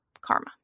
karma